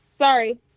Sorry